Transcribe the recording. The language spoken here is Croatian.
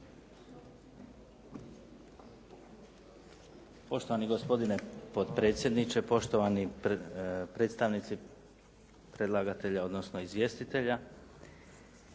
Poštovani gospodine potpredsjedniče, poštovani predstavnici predlagatelja, odnosno izvjestitelja.